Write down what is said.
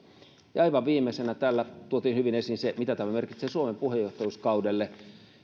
ja aivan viimeisenä täällä tuotiin hyvin esiin se mitä tämä merkitsee suomen puheenjohtajuuskaudelle